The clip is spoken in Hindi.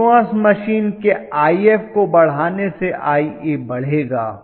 सिंक्रोनस मशीन के If को बढ़ाने से Ia बढ़ेगा